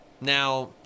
Now